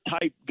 type